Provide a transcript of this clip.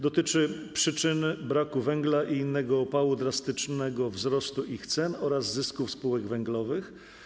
Dotyczy ono przyczyn braku węgla i innego opału, drastycznego wzrostu ich cen oraz zysków spółek węglowych.